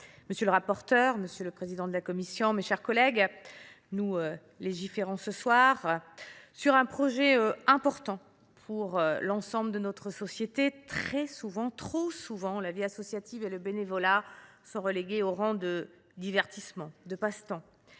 Annick Girardin. Monsieur le président, madame la ministre, mes chers collègues, nous légiférons ce soir sur un sujet important pour l’ensemble de notre société. Très souvent – trop souvent !–, la vie associative et le bénévolat sont relégués au rang de divertissement, de passe temps.